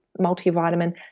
multivitamin